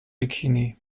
bikini